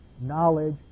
knowledge